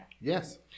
yes